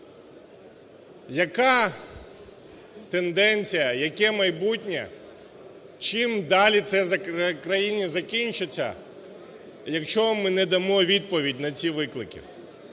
Яка тенденція, яке майбутнє, чим далі це в країні закінчиться, якщо ми не дамо відповідь на ці виклики?